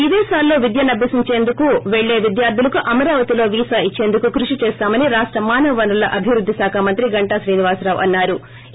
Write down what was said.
విదేశాలల్లో విద్యనభ్యసించేందుకు పెళ్లే విద్యార్టులకు అమరావతిలో వీసా ఇచ్చేందుకు కృషి చేస్తామని రాష్ట మానవవనరుల అభివృద్ది శాఖా మంత్రి గంటా శ్రీనివాసరావు అన్నారు